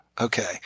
Okay